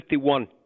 51